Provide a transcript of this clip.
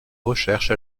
recherche